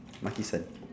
makisan